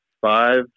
five